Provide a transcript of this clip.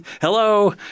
Hello